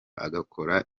agakora